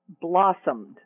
blossomed